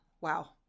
wow